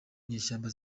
mashyamba